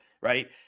right